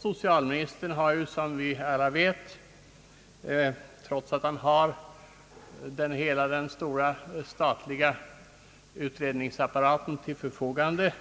Socialministern har, som vi alla vet, trots att han har hela den stora statliga utredningsapparaten till förfogande